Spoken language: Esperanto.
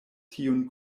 tiun